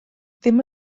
ddim